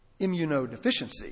immunodeficiency